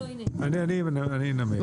אני אנמק.